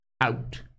Out